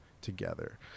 together